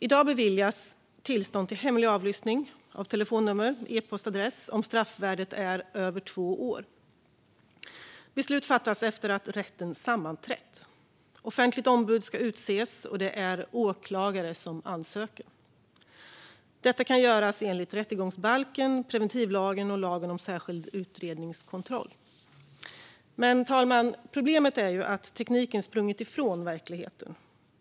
I dag beviljas tillstånd till hemlig avlyssning av telefonnummer och epostadress om straffvärdet är över två år. Beslut fattas efter att rätten sammanträtt. Offentligt ombud ska utses, och det är åklagare som ansöker. Detta kan göras enligt rättegångsbalken, preventivlagen och lagen om särskild utlänningskontroll. Men, fru talman, problemet är att tekniken sprungit ifrån verkligheten.